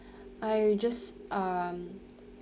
I just um